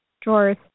drawers